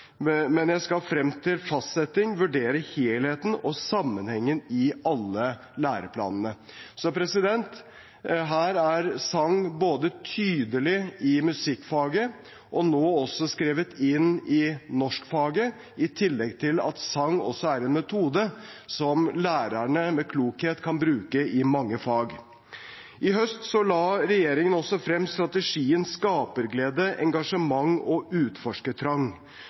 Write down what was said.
Men jeg skal frem til fastsettingen vurdere helheten og sammenhengen i alle læreplanene. Her er sang tydelig både i musikkfaget og nå også skrevet inn i norskfaget, i tillegg til at sang også er en metode som lærerne med klokhet kan bruke i mange fag. I høst la regjeringen også frem strategien Skaperglede, engasjement og utforskertrang.